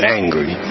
angry